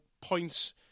points